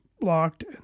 blocked